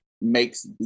makes